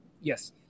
Yes